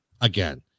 again